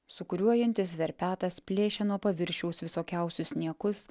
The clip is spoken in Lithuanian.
sūkuriuojantis verpetas plėšia nuo paviršiaus visokiausius niekus